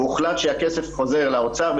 והוחלט שהכסף חוזר לאוצר.